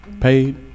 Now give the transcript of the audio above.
Paid